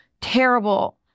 terrible